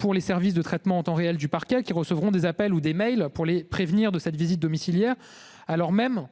pour les services de traitement en temps réel du parquet qui recevront des appels ou des mails pour les prévenir de cette visite domiciliaire alors même